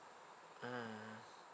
mmhmm